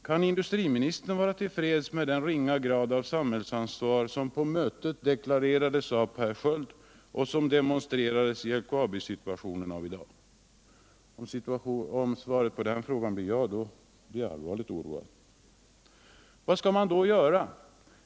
Kan industriministern vara till freds med den ringa grad av samhällsansvar som Per Sköld har deklarerat och som demonstreras av LKAB:s situation i dag? Om svaret på den frågan är ja, så blir jag allvarligt oroad! Vad skall man då göra?